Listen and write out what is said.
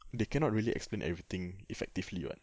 they cannot really explain everything effectively [what]